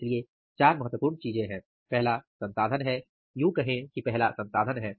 इसलिए 4 महत्वपूर्ण चीजें हैं पहला संसाधन है यूँ कहे की पहला संसाधन हैं